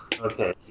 Okay